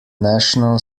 national